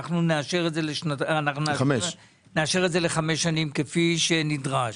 אנחנו נאשר את זה לחמש שנים כפי שנדרש.